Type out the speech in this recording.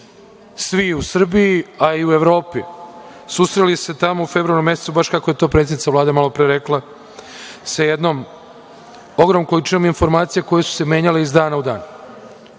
svi u Srbiji, a i u Evropi susreli tamo u februaru mesecu, baš kako je to predsednica Vlade malo pre rekla, sa jednom ogromnom količinom informacija koje su se menjale iz dana u dan.